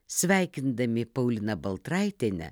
sveikindami pauliną baltraitienę